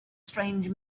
strange